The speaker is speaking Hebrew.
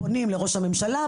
פונים לראש הממשלה.